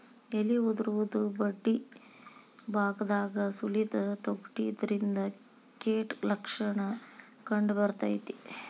ಎಲಿ ಉದುರುದು ಬಡ್ಡಿಬಾಗದಾಗ ಸುಲಿದ ತೊಗಟಿ ಇದರಿಂದ ಕೇಟ ಲಕ್ಷಣ ಕಂಡಬರ್ತೈತಿ